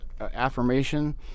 affirmation